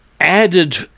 added